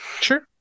sure